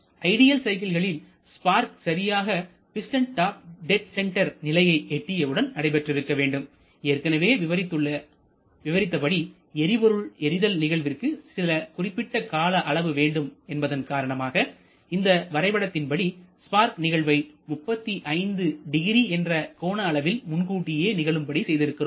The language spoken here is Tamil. ஐடியில் சைக்கிள்களில் ஸ்பார்க் சரியாக பிஸ்டன் டாப் டெட் சென்டர் நிலையை எட்டியவுடன் நடைபெற்றிருக்க வேண்டும்ஏற்கனவே விவரித்தபடி எரிபொருள் எரிதல் நிகழ்விற்கு சில குறிப்பிட்ட கால அளவு வேண்டும் என்பதன் காரணமாக இந்த வரைபடத்தின் படி ஸ்பார்க் நிகழ்வை 350 என்ற கோண அளவில் முன்கூட்டியே நிகழும்படி செய்து இருக்கிறோம்